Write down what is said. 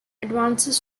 advances